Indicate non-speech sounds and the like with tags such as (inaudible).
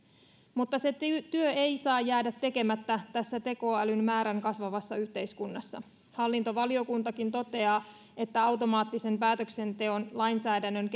mutta se työ ei saa jäädä tekemättä tässä tekoälyn kasvavan määrän yhteiskunnassa hallintovaliokuntakin toteaa että automaattisen päätöksenteon lainsäädännön (unintelligible)